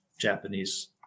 Japanese